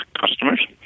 customers